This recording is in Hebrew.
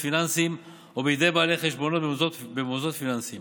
פיננסיים או בידי בעלי חשבונות במוסדות פיננסיים